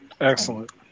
excellent